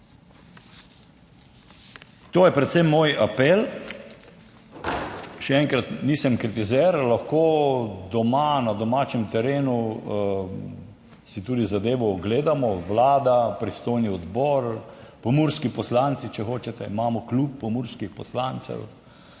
To je predvsem moj apel. Še enkrat, nisem kritizer, lahko doma na domačem terenu si tudi zadevo ogledamo, Vlada, pristojni odbor, pomurski poslanci, če hočete, imamo Klub pomurskih poslancev